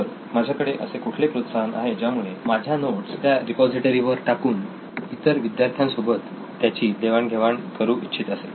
तर माझ्यासमोर असे कुठले प्रोत्साहन आहे ज्यामुळे माझ्या नोट्स त्या रिपॉझिटरी वर टाकून मी इतर विद्यार्थ्यांसोबत त्याची देवाण घेवाण करु इच्छित असेल